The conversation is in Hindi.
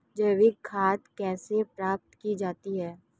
जैविक खाद कैसे प्राप्त की जाती है?